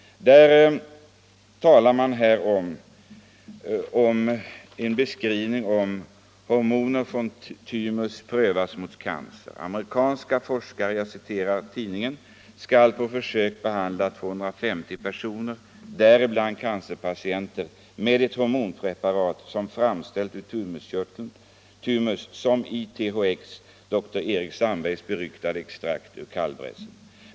Artikeln i Svenska Dagbladet har rubriken Hormon från thymus prövas mot cancer: ”Amerikanska forskare skall på försök behandla 250 personer, däribland cancerpatienter, med ett hormonpreparat, som framställts ur thymuskörteln .